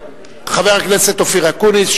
חבר הכנסת אופיר אקוניס,